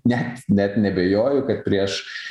net net neabejoju kad prieš